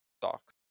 stocks